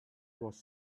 was